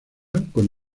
con